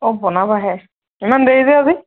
অঁ বনাবাহে ইমান দেৰি যে আজি